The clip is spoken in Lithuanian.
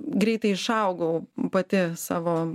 greitai išaugau pati savo